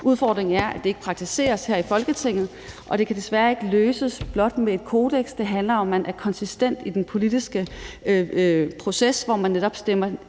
Udfordringen er, at det ikke praktiseres her i Folketinget, og det kan desværre ikke løses blot med et kodeks. Det handler om, at man er konsistent i den politiske proces, hvor man netop ikke stemmer